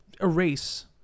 erase